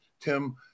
Tim –